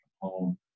home